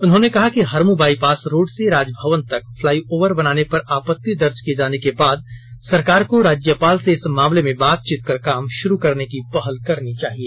उन्होंने कहा है कि हरमू बाईपास रोड से राजभवन तक फ्लाईओवर बनाने पर आपत्ति दर्ज किए जाने के बाद सरकार को राज्यपाल से इस मामले में बातचीत कर काम शुरू करने का पहल करनी चाहिए